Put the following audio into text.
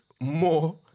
more